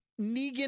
Negan